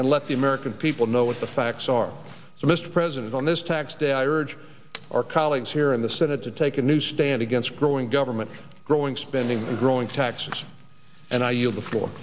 and let the american people know what the facts are so mr president on this tax day i urge our colleagues here in the senate to take a new stand against growing government growing spending and growing taxes and i yield the floor